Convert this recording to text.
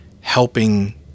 helping